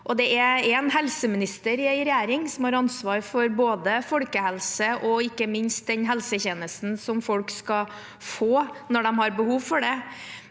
er helseministeren i en regjering som har ansvar for både folkehelse og ikke minst den helsetjenesten som folk skal få når de har behov for det,